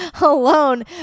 alone